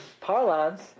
parlance